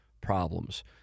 problems